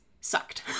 sucked